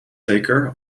zeker